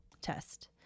test